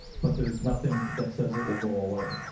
but there's nothing that says it will go away.